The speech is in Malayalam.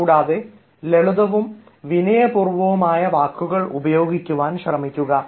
കൂടാതെ ലളിതം വിനയപൂർവ്വം ആയ വാക്കുകൾ ഉപയോഗിക്കാൻ ശ്രമിക്കുക